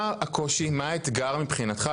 מה האתגר מבחינתך,